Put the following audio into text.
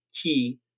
key